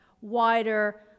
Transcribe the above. wider